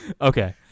Okay